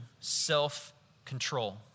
self-control